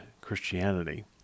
christianity